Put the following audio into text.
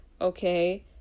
okay